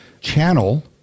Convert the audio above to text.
channel